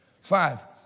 Five